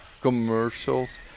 commercials